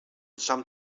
some